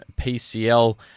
PCL